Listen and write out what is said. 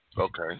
Okay